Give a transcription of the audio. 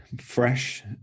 fresh